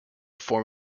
form